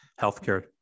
healthcare